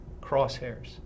crosshairs